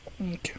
Okay